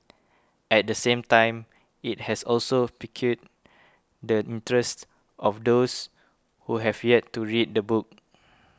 at the same time it has also piqued the interest of those who have yet to read the book